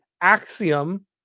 axiom